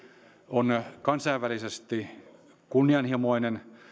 on kansainvälisesti kunnianhimoinen